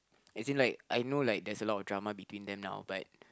as in like I know like there's a lot of drama between them now but